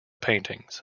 paintings